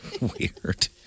weird